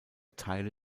teile